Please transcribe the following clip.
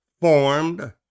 formed